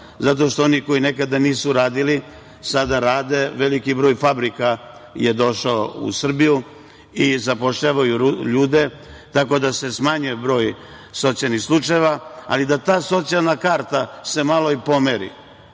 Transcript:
Zato što oni koji nekada nisu radili, sada rade veliki broj fabrika je došao u Srbiju i zapošljavaju ljude, tako da se smanjuje broj socijalnih slučajeva, ali da ta socijalna karta se malo i pomeri. Živim